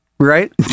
Right